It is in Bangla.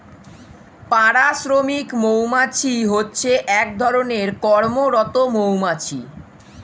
পাড়া শ্রমিক মৌমাছি হচ্ছে এক ধরণের কর্মরত মৌমাছি